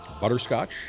butterscotch